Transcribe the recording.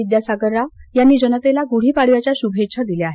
विद्यासागर राव यांनी जनतेला गुढीपाडव्याच्या शुभेच्छा दिल्या आहेत